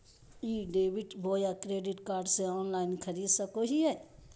ई debit बोया credit card से online खरीद सको हिए?